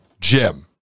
Jim